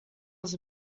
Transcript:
was